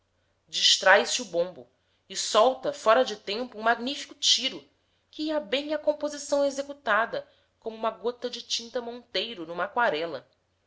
distrai-se o bombo e solta fora de tempo um magnífico tiro que ia bem à composição executada como uma gota de tinta monteiro numa aquarela